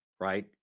right